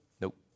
Nope